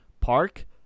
park